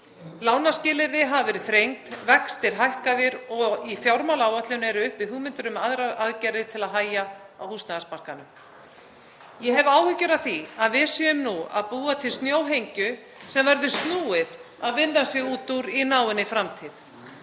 Lánaskilyrði hafa verið þrengd, vextir hækkaðir og í fjármálaáætlun eru uppi hugmyndir um aðrar aðgerðir til að hægja á húsnæðismarkaðnum. Ég hef áhyggjur af því að við séum nú að búa til snjóhengju sem verður snúið að vinna sig út úr í náinni framtíð.